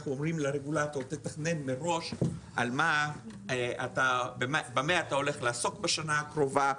אנחנו אומרים לרגולטור "תתכנן מראש במה אתה הולך לעסוק השנה הקרובה,